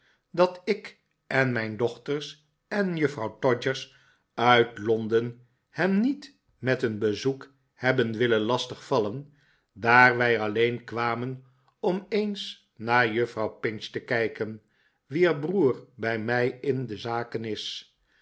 dat ik en mijn dochters en juffrouw todgers uit londen hen niet met een bezoek hebben willen lastig vallen daar wij alleen kwameri om eens naar juffrouw pinch te kijken wiet broer bij mij in de zaken is